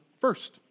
first